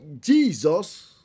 Jesus